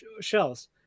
shells